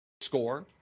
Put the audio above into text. Score